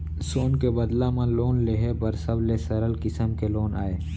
सोन के बदला म लोन लेहे हर सबले सरल किसम के लोन अय